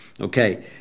okay